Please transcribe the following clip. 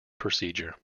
procedure